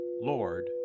Lord